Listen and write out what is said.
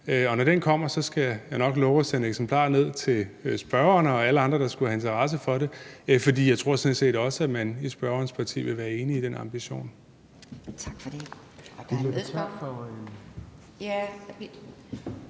og når den kommer, skal jeg nok love at sende et eksemplar ned til spørgeren og til alle andre, der skulle have interesse for det, for jeg tror sådan set også, at man i spørgerens parti vil være enige i den ambition.